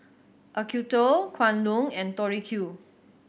Acuto Kwan Loong and Tori Q